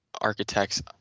architects